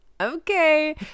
okay